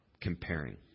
comparing